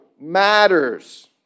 matters